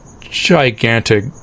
gigantic